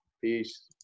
Peace